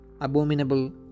abominable